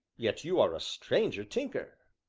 yet you are a stranger tinker.